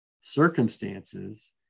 circumstances